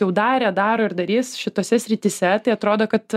jau darė daro ir darys šitose srityse tai atrodo kad